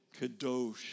kadosh